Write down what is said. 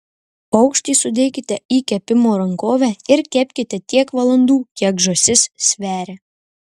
paukštį sudėkite į kepimo rankovę ir kepkite tiek valandų kiek žąsis sveria